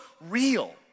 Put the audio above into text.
real